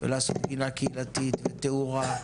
ולעשות גינה קהילתית ותאורה,